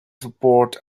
support